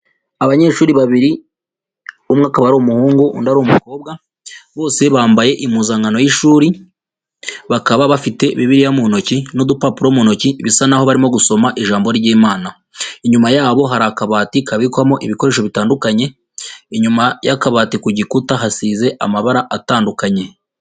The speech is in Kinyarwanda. Abanyeshuri babiri umwe akaba ari umuhungu undi ari umukobwa bose bambaye impuzankano y'ishuri, bakaba bafite bibiliya mu ntoki n'udupapuro mu ntoki bisa naho barimo gusoma ijambo ry'Imana. Inyuma yabo hari akabati kabikwamo ibikoresho bitandukanye inyuma y'akabati ku gikuta hasize amabara atandukanye.